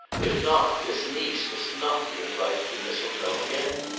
if not, this niece must not be invited to mistletoe again.